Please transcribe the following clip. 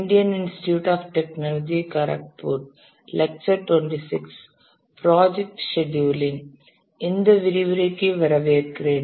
இந்த விரிவுரைக்கு வரவேற்கிறேன்